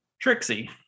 Trixie